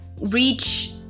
reach